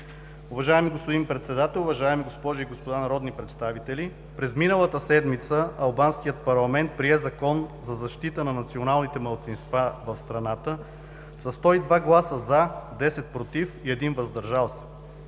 Уважаеми господин Председател, уважаеми госпожи и господа народни представители, през миналата седмица Албанският парламент прие Закон за защита на националните малцинства в страната със 102 гласа „за“, 10 – „против“, и 1 – „въздържал се“.